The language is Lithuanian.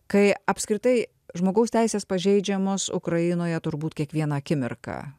kai apskritai žmogaus teisės pažeidžiamos ukrainoje turbūt kiekvieną akimirką